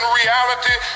reality